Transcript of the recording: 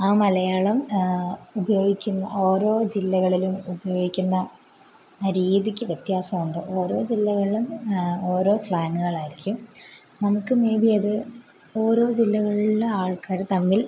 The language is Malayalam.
ആ മലയാളം ഉപയോഗിക്കുന്ന ഓരോ ജില്ലകളിലും ഉപയോഗിക്കുന്ന ആ രീതിക്ക് വ്യത്യാസമുണ്ട് ഓരോ ജില്ലകളിലും ഓരോ സ്ലാംഗുകളായിരിക്കും നമുക്ക് മെയ്ബി അത് ഓരോ ജില്ലകളിലെ ആൾക്കാർ തമ്മിൽ